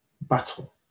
battle